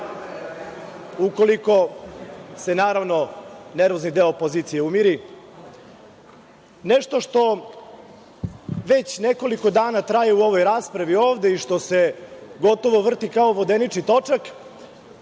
ukoliko se nervozni deo opozicije umiri, nešto što već nekoliko dana traje u ovoj raspravi ovde i što se gotovo vrti kao vodenički točak,